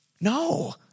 No